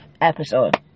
episode